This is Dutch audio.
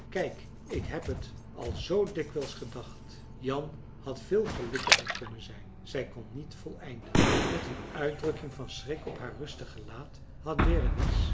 kijk ik heb het al zoo dikwijls gedacht jan had veel gelukkiger kunnen zijn zij kon niet voleinden met een uitdrukking van schrik op haar rustig gelaat had